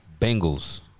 Bengals